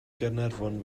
gaernarfon